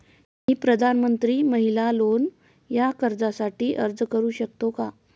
मी प्रधानमंत्री महिला लोन या कर्जासाठी अर्ज करू शकतो का?